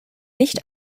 nicht